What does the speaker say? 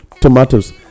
tomatoes